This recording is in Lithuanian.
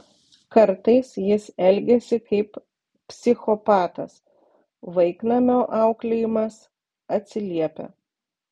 kartais jis elgiasi kaip psichopatas vaiknamio auklėjimas atsiliepia